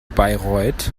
bayreuth